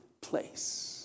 place